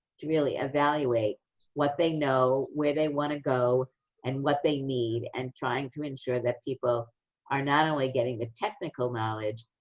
to really evaluate what they know, where they want to go and what they need, and trying to ensure that people are not only getting the technical knowledge,